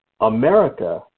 America